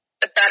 better